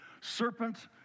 Serpent